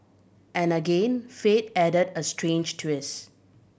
and again fate added a strange twist